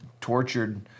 tortured